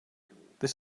this